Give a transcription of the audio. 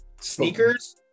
sneakers